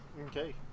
Okay